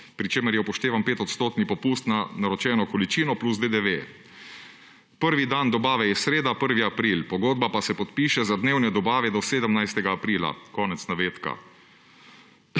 pri čemer je upoštevan 5-odstotni popust na naročeno količino, plus DDV. Prvi dan dobave je sreda, 1. april, pogodba pa se podpiše za dnevne dobave do 17. aprila«. Iz poslanega